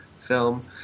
film